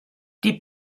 die